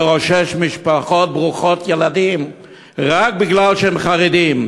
לרושש משפחות ברוכות ילדים רק בגלל שהם חרדים,